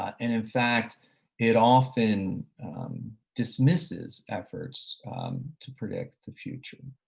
and in fact it often dismisses efforts to predict the future.